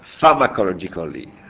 pharmacologically